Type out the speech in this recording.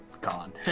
gone